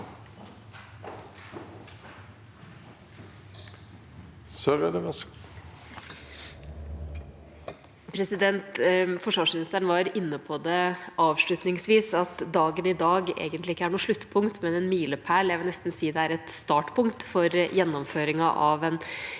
Forsvarsmi- nisteren var inne på det avslutningsvis – at dagen i dag egentlig ikke er noe sluttpunkt, men en milepæl. Jeg vil nesten si det er et startpunkt for gjennomføringen av en